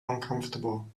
uncomfortable